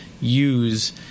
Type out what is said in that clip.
use